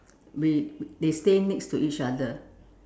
we they stay next to each other